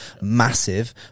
massive